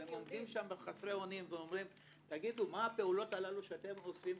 והם עומדים שם חסרי אונים ואומרים: מה הפעולות שאתם עושים,